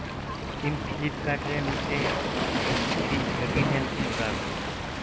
ᱤᱧ ᱯᱷᱤᱞᱤᱯᱠᱟᱨᱰ ᱨᱮ ᱢᱤᱫᱴᱮᱱ ᱠᱤᱪᱨᱤᱡ ᱵᱷᱟᱹᱜᱤ ᱧᱮᱞᱛᱮᱧ ᱚᱰᱟᱨ ᱞᱮᱫᱟ